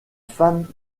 femme